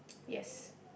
yes